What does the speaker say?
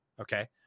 okay